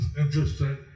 interesting